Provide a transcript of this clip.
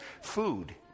food